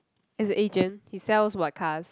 as an agent he sells what cars